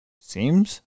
Seems